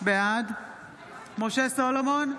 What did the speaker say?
בעד משה סולומון,